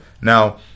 Now